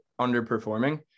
underperforming